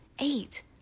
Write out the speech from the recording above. eight